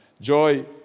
Joy